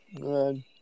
good